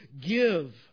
give